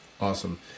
Awesome